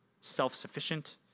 self-sufficient